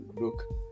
look